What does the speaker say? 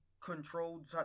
controlled